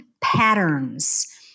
patterns